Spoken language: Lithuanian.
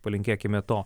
palinkėkime to